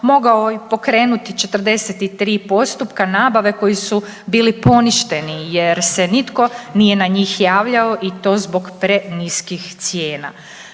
mogao i pokrenuti 43 postupka nabave koji su bili poništeni jer se nitko nije na njih javljao i to zbog preniskih cijena.